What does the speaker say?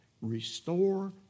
restore